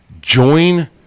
join